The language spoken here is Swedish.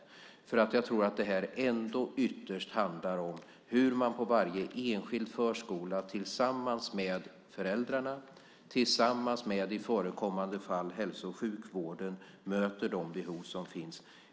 Jag tror att detta ändå ytterst handlar om hur man på varje enskild förskola tillsammans med föräldrarna och i förekommande fall tillsammans med hälso och sjukvården möter de behov som finns.